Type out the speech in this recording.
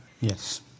Yes